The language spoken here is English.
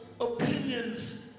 opinions